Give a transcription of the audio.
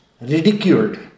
Ridiculed